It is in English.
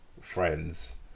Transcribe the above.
friends